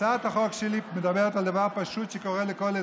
הצעת החוק שלי מדברת על דבר פשוט שקורה לכל אזרח.